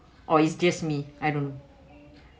or is just me I don't know